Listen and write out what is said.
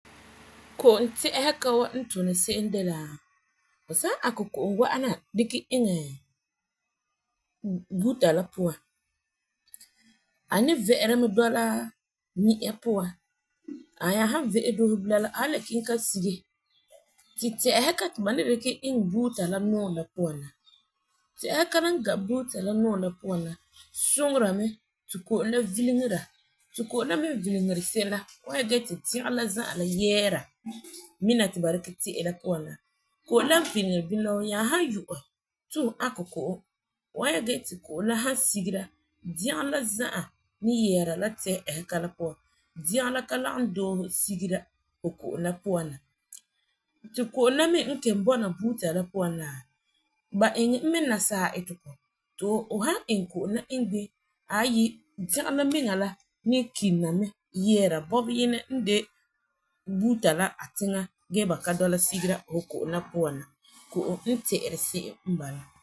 Ko'om tɛ'ɛsega n tuni se'em de la fu san ankɛ ko'om la wa'ana dikɛ iŋɛ boota la puan a ni ve'era me dɔla mia puan, a nya han vea doose bilam la a le kiŋɛ ta sige ti tɛ'ɛsega la ti ba ni dikɛ iŋɛ boota la nɔɔri la puan la. Ti tɛ'ɛsega la n gã boota la nɔɔrɛ la puan suŋera mɛ ti ko'om la vileŋera ti ko'om la mi n vileŋeri se'em la fu wan nyɛ degerɔ la za'a yeera mina ti ba dikɛ tɛ'ɛ la puan. Ko'om la n vileŋeri bini la fu nya san yu'ɛ ti fu ankɛ fu wan nyɛ gee ti ko'om la san sigera, degerɔ la za'a ni yeera la tɛ'ɛsega la puan, degerɔ la ka lagum dɔla sigera fu ko'om la puan. Ti ko'om la mi n kelum bɔna boota la puan la ba iŋɛ e mɛ nasaa itegɔ ti fu san iŋɛ ko'om la iŋɛ bini aayi degerɔ la miŋa la ni kilina mɛ yeera bɔbeyinɛ n de boota la a tiŋa gee ba ka dɔla sigera fu ko'om la puan. Ko'om n tɛ'ɛri se'em n bala.